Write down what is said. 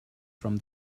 from